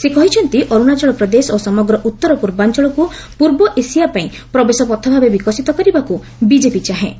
ସେ କହିଛନ୍ତି ଅର୍ଶାଚଳ ପ୍ରଦେଶ ଓ ସମଗ୍ର ଉତ୍ତର ପୂର୍ବାଞ୍ଚଳକୁ ପୂର୍ବ ଏସିଆ ପାଇଁ ପ୍ରବେଶ ପଥ ଭାବେ ବିକଶିତ କରିବାକୁ ବିକେପି ଚାହେଁ